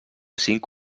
cinc